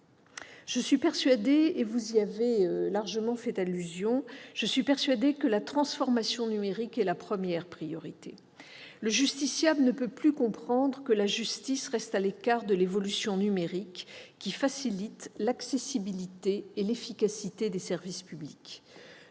Je suis persuadée que la transformation numérique est la première priorité. Le justiciable ne peut plus comprendre que la justice reste à l'écart de l'évolution numérique, qui facilite l'accessibilité et l'efficacité des services publics.